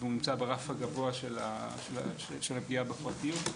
והוא נמצא ברף הגבוה של הפגיעה בפרטיות.